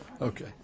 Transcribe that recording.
Okay